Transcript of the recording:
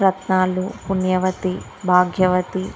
రత్నాలు పుణ్యవతి భాగ్యవతి